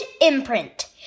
imprint